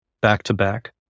back-to-back